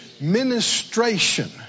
Ministration